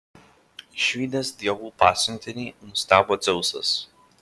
išvydęs dievų pasiuntinį nustebo dzeusas